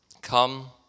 come